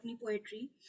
poetry